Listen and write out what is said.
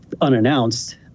unannounced